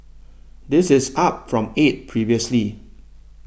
this is up from eight previously